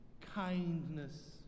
kindness